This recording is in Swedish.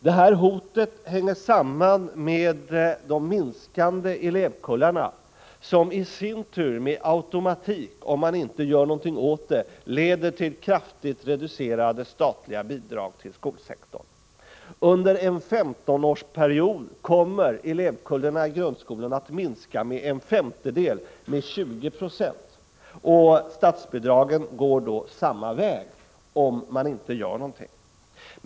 Detta hot hänger samman med de minskande elevkullarna, som i sin tur med automatik, om man inte gör någonting åt det, leder till kraftigt reducerade statliga bidrag till skolsektorn. Under en 15-årsperiod kommer elevkullarna i grundskolan att minska med en femtedel, 20 70. Statsbidragen går då samma väg, om man inte gör någonting.